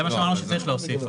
זה מה שאמרתי שצריך להוסיף.